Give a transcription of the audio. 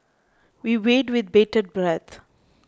we wait with bated breath